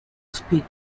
speak